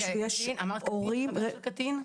אמרת קטין, חבר של הקטין?